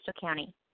County